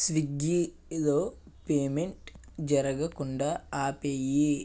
స్వీగ్గీలో payment జరగకుండా ఆపేయి